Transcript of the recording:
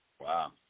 Wow